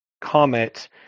comet